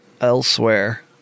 Elsewhere